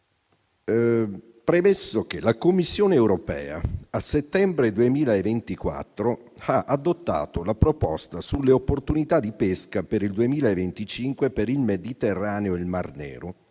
Premesso che la Commissione europea nel settembre 2024 ha adottato la Proposta sulle opportunità di pesca per il 2025 per il Mediterraneo e il Mar Nero,